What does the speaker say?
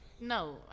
No